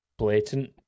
Blatant